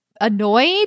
annoyed